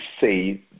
say